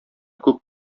күп